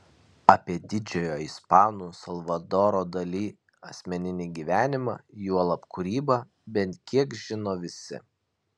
apie didžiojo ispano salvadoro dali asmeninį gyvenimą juolab kūrybą bent kiek žino visi